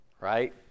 Right